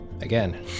again